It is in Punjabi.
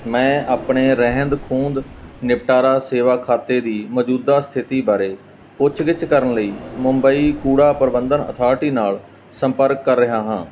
ਮੈਂ ਆਪਣੇ ਰਹਿੰਦ ਖੂੰਹਦ ਨਿਪਟਾਰਾ ਸੇਵਾ ਖਾਤੇ ਦੀ ਮੌਜੂਦਾ ਸਥਿਤੀ ਬਾਰੇ ਪੁੱਛ ਗਿੱਛ ਕਰਨ ਲਈ ਮੁੰਬਈ ਕੂੜਾ ਪ੍ਰਬੰਧਨ ਅਥਾਰਟੀ ਨਾਲ ਸੰਪਰਕ ਕਰ ਰਿਹਾ ਹਾਂ